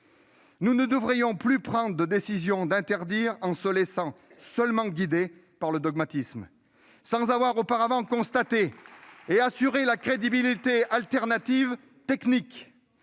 Nous ne devrions plus prendre une décision d'interdiction en nous laissant seulement guider par le dogmatisme, sans avoir auparavant constaté et assuré la crédibilité des alternatives techniques.